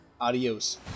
Adios